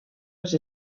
les